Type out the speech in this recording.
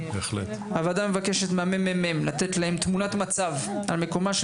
הוועדה מבקשת מהממ"מ לתת לה תמונת מצב על מקומה של